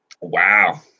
Wow